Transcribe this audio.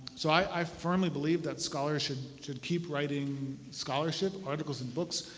so i firmly believe that scholarship should keep writing scholarship, articles and books.